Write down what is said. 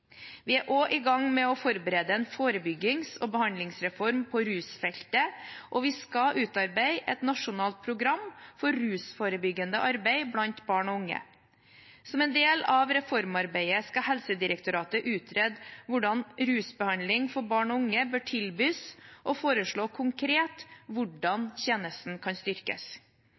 Vi er også i gang med å forberede en forebyggings- og behandlingsreform på rusfeltet, og vi skal utarbeide et nasjonalt program for rusforebyggende arbeid blant barn og unge. Som en del av reformarbeidet skal Helsedirektoratet utrede hvordan rusbehandling for barn og unge bør tilbys, og foreslå konkret hvordan tjenesten kan styrkes.